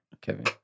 Kevin